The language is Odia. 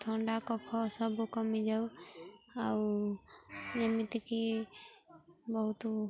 ଥଣ୍ଡା କଫ ସବୁ କମି ଯାଉ ଆଉ ଯେମିତିକି ବହୁତ